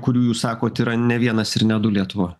kurių jūs sakot yra ne vienas ir ne du lietuvoj